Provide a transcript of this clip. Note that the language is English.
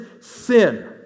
sin